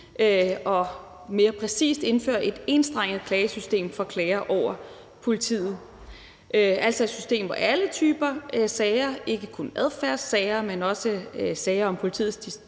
og mere præcist indføre et enstrenget klagesystem for klager over politiet, altså et system, hvor alle typer sager, ikke kun adfærdssager, men også sager om politiets dispositioner